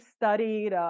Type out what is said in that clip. studied